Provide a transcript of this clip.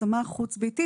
השמה חוץ-ביתית,